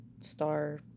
star